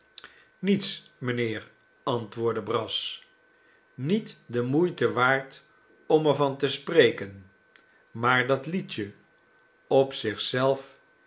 niets mijnheer antwoordde brass niet de moeite waard om er van te spreken maar dat liedje op